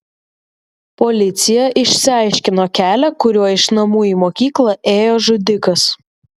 policija išsiaiškino kelią kuriuo iš namų į mokyklą ėjo žudikas